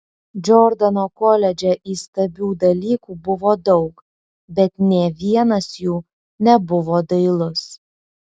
džordano koledže įstabių dalykų buvo daug bet nė vienas jų nebuvo dailus